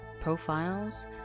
profiles